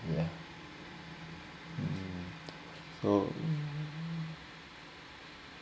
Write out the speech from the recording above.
yeah oh